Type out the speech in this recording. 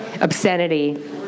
obscenity